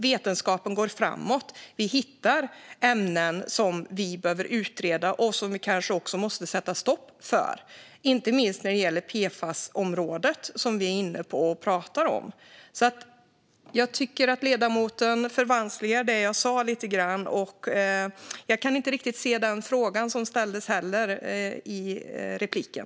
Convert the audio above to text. Vetenskapen går framåt. Vi hittar ämnen som behöver utredas och som vi kanske också måste sätta stopp för. Inte minst gäller det PFAS-området, som vi brukar tala om. Jag tycker att ledamoten lite grann förvanskade det jag sa. Jag kan heller inte riktigt se grunden för den fråga som ställdes i repliken.